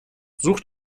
such